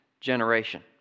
generation